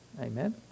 Amen